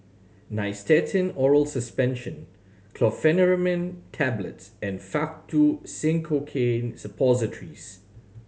Nystatin Oral Suspension Chlorpheniramine Tablets and Faktu Cinchocaine Suppositories